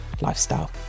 lifestyle